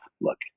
look